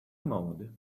mode